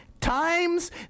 Times